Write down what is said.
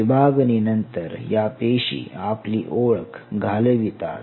विभागनिनंतर या पेशी आपली ओळख घालवितात